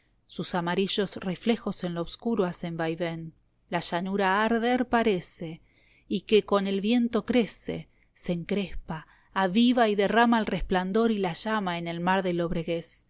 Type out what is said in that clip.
sus amarillos reflejos en lo oscuro hacen vaivén la llanura arder parece y que con el viento crece se encrespa aviva y derrama el resplandor y la llama en el mar de